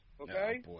Okay